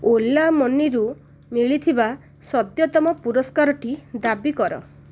ଓଲା ମନିରୁ ମିଳିଥିବା ସଦ୍ୟତମ ପୁରସ୍କାରଟି ଦାବି କର